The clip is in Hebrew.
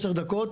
עשר דקות,